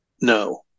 no